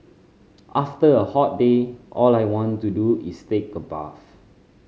after a hot day all I want to do is take a bath